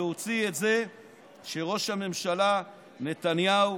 להוציא את זה שראש הממשלה נתניהו,